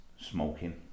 smoking